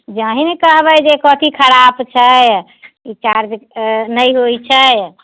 जे अहिँ ने कहबै जे कथी खराप छै ई चार्ज नहि होइत छै